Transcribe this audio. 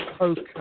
okay